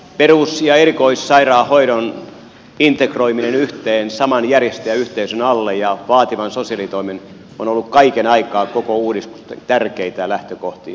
perus ja erikoissairaanhoidon sekä vaativan sosiaalitoimen integroiminen yhteen saman järjestäjäyhteisön alle on ollut kaiken aikaa koko uudistuksen tärkeitä lähtökohtia